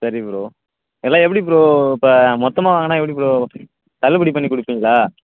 சரி ப்ரோ எல்லாம் எப்படி ப்ரோ இப்போ மொத்தமாக வாங்கினா எப்படி ப்ரோ தள்ளுபடி பண்ணி கொடுப்பீங்களா